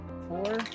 four